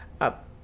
up